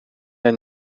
der